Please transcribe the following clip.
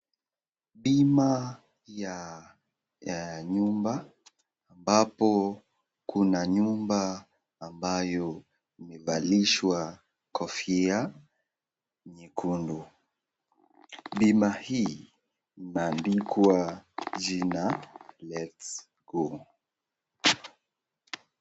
Bima ya nyumba ambapo kuna nyumba ambayo imevalishwa kofia nyekundu. Bima hii imeandikwa jina let's go .